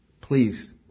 Please